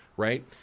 Right